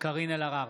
קארין אלהרר,